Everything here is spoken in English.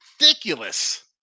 ridiculous